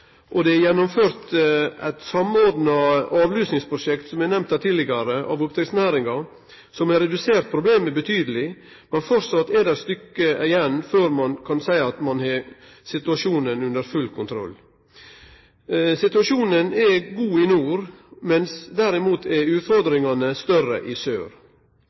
Det er gjennomført eit samordna avlusingsprosjekt, som er nemnt her tidlegare, av oppdrettsnæringa, som har redusert problemet betydeleg. Men framleis er det eit stykke igjen før ein kan seie at ein har situasjonen under full kontroll. Situasjonen er god i nord, mens utfordringane i sør derimot er større.